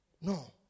No